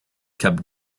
kept